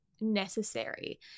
necessary